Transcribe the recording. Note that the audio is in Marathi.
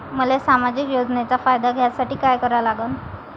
मले सामाजिक योजनेचा फायदा घ्यासाठी काय करा लागन?